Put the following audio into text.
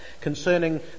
concerning